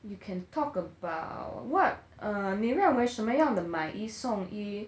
you can talk about what err 你认为什么样的买一送一